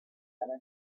other